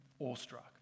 awestruck